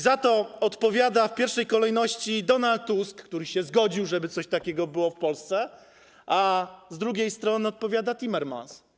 Za to odpowiada w pierwszej kolejności Donald Tusk, który się zgodził, żeby coś takiego było w Polsce, a z drugiej strony odpowiada Timmermans.